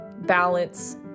balance